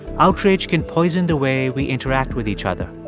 outrage can poison the way we interact with each other.